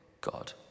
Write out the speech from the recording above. God